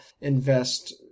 invest